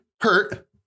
hurt